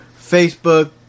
Facebook